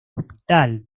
hospital